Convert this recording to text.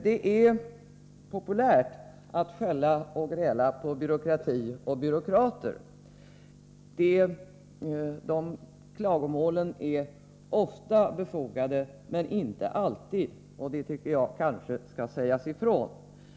Det är populärt att skälla och gräla på byråkrati och byråkrater. De klagomålen är ofta befogade, men inte alltid, och det tycker jag kanske skall sägas ifrån.